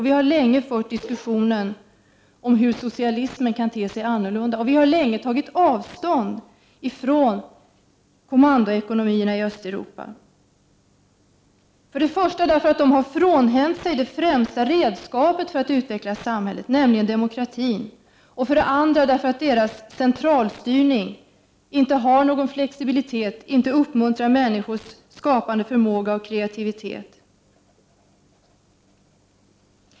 Vi har länge fört diskussionen om hur socialismen i stället skulle kunna vara. Vi har också sedan länge tagit avstånd från kommandoekonomierna i Östeuropa. Det har vi gjort för det första därför att dessa stater har frånhänt sig det främsta redskapet för en utveckling av samhället, nämligen demokratin, och för det andra därför att dessa länders centralstyrning inte har någon flexibilitet, inte uppmuntrar människors skapandeförmåga och kreativitet.